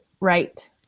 right